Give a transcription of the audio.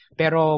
pero